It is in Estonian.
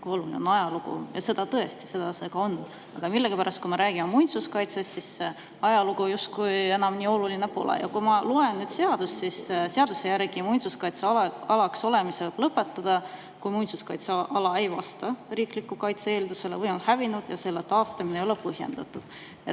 oluline on ajalugu. Ja tõesti, seda see ka on. Aga millegipärast siis, kui me räägime muinsuskaitsest, ajalugu justkui enam nii oluline pole. Ja muinsuskaitseseaduse järgi võib muinsuskaitsealaks olemise lõpetada, kui muinsuskaitseala ei vasta riikliku kaitse eeldusele või on hävinud ja selle taastamine ei ole põhjendatud.